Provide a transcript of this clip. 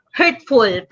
hurtful